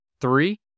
Three